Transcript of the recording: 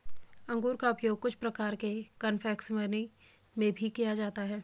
अंगूर का उपयोग कुछ प्रकार के कन्फेक्शनरी में भी किया जाता है